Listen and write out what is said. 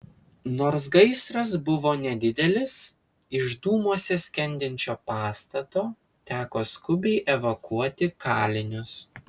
nors gaisras buvo nedidelis iš dūmuose skendinčio pastato teko skubiai evakuoti kalinius